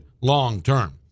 long-term